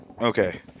Okay